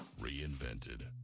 Reinvented